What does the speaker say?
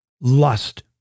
Lust